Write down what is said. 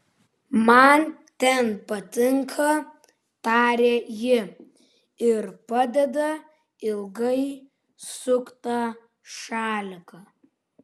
man ten patinka taria ji ir padeda ilgai suktą šaliką